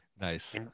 nice